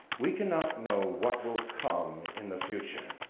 we cannot know what will come in the future,